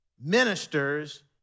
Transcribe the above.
ministers